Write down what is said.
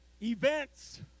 events